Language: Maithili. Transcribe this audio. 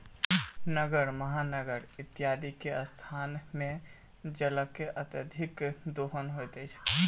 नगर, महानगर इत्यादिक स्थान मे जलक अत्यधिक दोहन होइत अछि